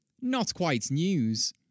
not-quite-news